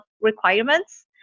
requirements